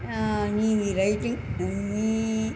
నీ ఈ రేటింగ్ నీ